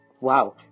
wow